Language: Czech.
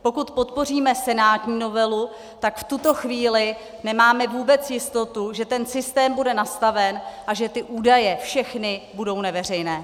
Pokud podpoříme senátní novelu, tak v tuto chvíli nemáme vůbec jistotu, že ten systém bude nastaven a že ty údaje, všechny, budou neveřejné.